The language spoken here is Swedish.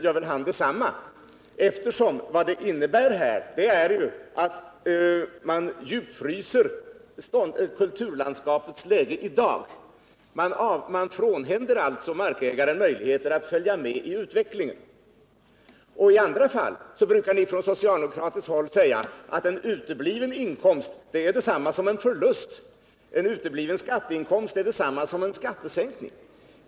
Vad det handlar om är ju att man ”djupfryser” kulturlandskapet sådant det är i dag. Man frånhänder alltså markägaren möjligheter att följa med i utvecklingen. I andra fall brukar ni från socialdemokratiskt håll säga att en utebliven inkomst är detsamma som en förlust, en utebliven skatteinkomst detsamma som en skatteförlust för samhället.